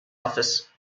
office